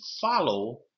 follow